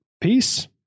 peace